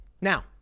Now